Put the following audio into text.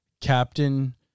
Captain